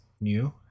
new